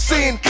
Sin